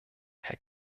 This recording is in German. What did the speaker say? herr